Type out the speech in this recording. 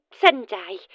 Sunday